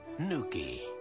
Nuki